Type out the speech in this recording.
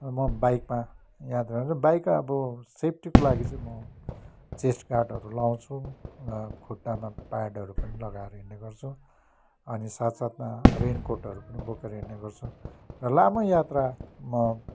र म बाइकमा यात्रा गर्छु बाइक अब सेफ्टीको लागि चाहिँ म चेस्टगार्डहरू लाउँछु र खुट्टामा प्याडहरू पनि लगाएर हिँड्ने गर्छु अनि साथ साथमा रेन्कोटहरू पनि बोकेर हिँड्ने गर्छु र लामो यात्रा म